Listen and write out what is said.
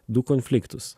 du konfliktus